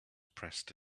pressed